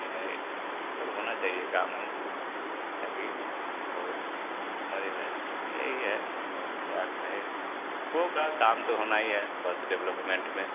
या यह यह सब होना चाहिए काम ओम ताकि वह यही है और क्या कहें होगा काम तो होना ही है बस डेवलपमेंट में